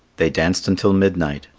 they danced until midnight,